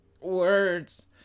Words